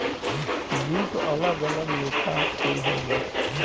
jute अलग अलग लेखा के होला